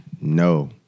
no